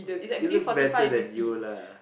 it looks better than you lah